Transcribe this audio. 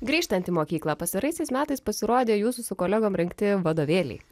grįžtant į mokyklą pastaraisiais metais pasirodė jūsų su kolegom rinkti vadovėliai